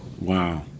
Wow